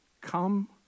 come